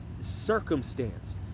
circumstance